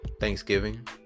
Thanksgiving